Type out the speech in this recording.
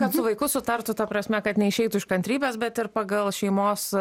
kad su vaiku sutartų ta prasme kad neišeitų iš kantrybės bet ir pagal šeimos